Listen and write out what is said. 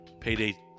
Payday